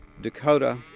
Dakota